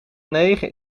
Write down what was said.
negen